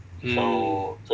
mm